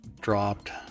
dropped